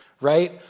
Right